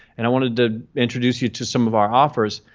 and i wanted to introduce you to some of our offers.